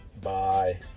bye